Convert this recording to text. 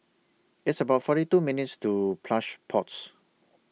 It's about forty two minutes' to Plush Pods